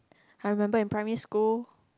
I remember in primary school